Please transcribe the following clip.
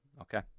Okay